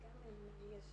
מאוד התרשמנו ממנה.